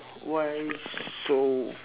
why so